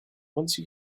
once